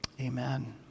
amen